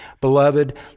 Beloved